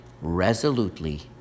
resolutely